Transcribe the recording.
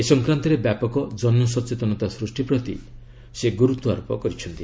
ଏ ସଂକ୍ରାନ୍ତରେ ବ୍ୟାପକ ଜନସଚେତନତା ସୃଷ୍ଟି ପ୍ରତି ସେ ଗୁରୁତ୍ୱାରୋପ କରିଛନ୍ତି